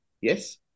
Yes